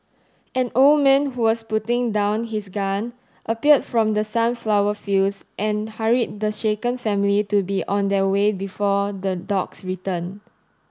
an old man who was putting down his gun appeared from the sunflower fields and hurried the shaken family to be on their way before the dogs return